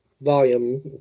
volume